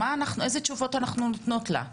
איזה תשובות אנחנו נותנות לה?